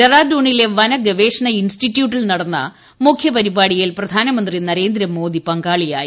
ഡെറാഡൂണിലെ വന ഗവേഷണ ഇൻസ്റ്റിറ്റ്യൂട്ടിൽ നടന്ന മുഖ്യപരിപാടിയിൽ പ്രധാനമന്ത്രി നരേന്ദ്രമോട്ടി പ്പങ്കാളിയായി